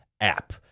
app